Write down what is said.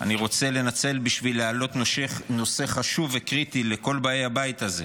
אני רוצה לנצל בשביל להעלות נושא חשוב וקריטי לכל באי הבית הזה.